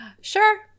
sure